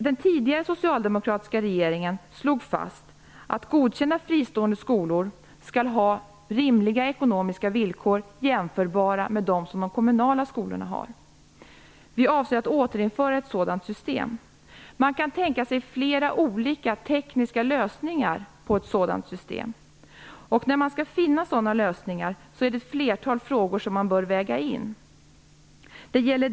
Den tidigare socialdemokratiska regeringen slog fast att godkända fristående skolor skall ha rimliga ekonomiska villkor, jämförbara med villkoren för de kommunala skolorna. Vi avser att återinföra ett sådant system. Man kan tänka sig flera olika tekniska lösningar när det gäller ett sådant system. När man skall finna sådana lösningar bör ett flertal aspekter vägas in.